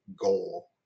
goal